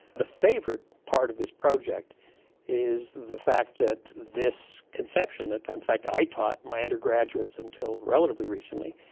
the favourite part of this project is the fact that this conception that in fact i taught my undergraduates until relatively recently,